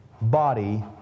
body